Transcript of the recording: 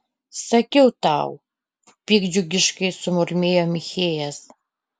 sakiau tau piktdžiugiškai sumurmėjo michėjas